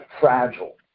fragile